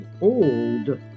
old